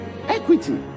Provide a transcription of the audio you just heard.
Equity